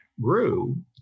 grew